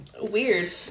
weird